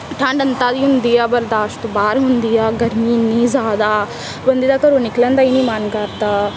ਠੰਡ ਅੰਤਾਂ ਦੀ ਹੁੰਦੀ ਆ ਬਰਦਾਸ਼ਤ ਤੋਂ ਬਾਹਰ ਹੁੰਦੀ ਆ ਗਰਮੀ ਐਨੀ ਜ਼ਿਆਦਾ ਬੰਦੇ ਦਾ ਘਰੋਂ ਨਿਕਲਣ ਦਾ ਹੀ ਨਹੀਂ ਮਨ ਕਰਦਾ